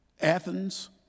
Athens